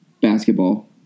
basketball